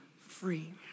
free